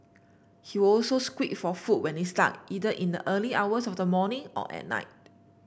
he would also squeak for food when it's dark either in the early hours of the morning or at night